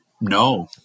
No